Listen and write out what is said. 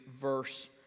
verse